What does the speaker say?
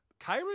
Kyron